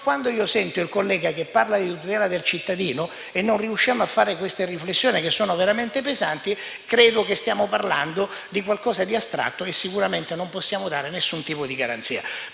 Quando perciò sento il collega parlare di tutela del cittadino, e però non riusciamo a fare queste riflessioni, che sono veramente pesanti, credo stiamo parlando di qualcosa di astratto e sicuramente non possiamo offrire nessun tipo di garanzia.